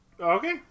Okay